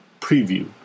preview